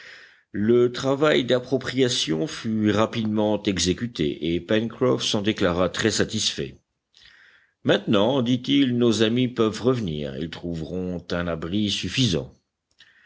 le travail d'appropriation fut rapidement exécuté et pencroff s'en déclara très satisfait maintenant dit-il nos amis peuvent revenir ils trouveront un abri suffisant